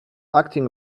acting